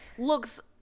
Looks